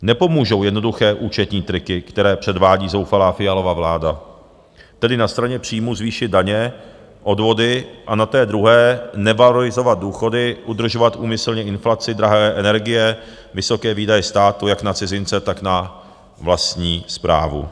Nepomůžou jednoduché účetní triky, které předvádí zoufalá Fialova vláda, tedy na straně příjmů zvýšit daně, odvody, a na té druhé nevalorizovat důchody, udržovat úmyslně inflaci, drahé energie, vysoké výdaje státu jak na cizince, tak na vlastní správu.